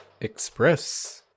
Express